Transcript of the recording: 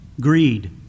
greed